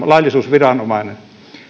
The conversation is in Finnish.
laillisuusviranomainen